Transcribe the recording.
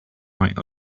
right